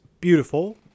beautiful